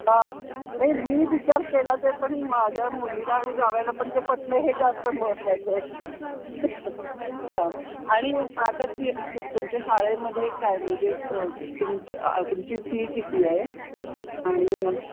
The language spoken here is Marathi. हां नाही मी विचार केलाच आहे पण माझ्या मुलीला आणि जावयाला पण ते पटलं हे जास्त महत्त्वाचं आहे हां आणि आता फी तु तुमच्या शाळेमध्ये काय म्हणजे तुमची तुमची फी किती आहे आणि मग